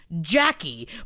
Jackie